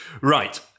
Right